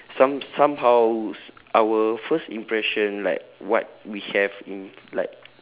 some~ somehow our first impression like what we have in like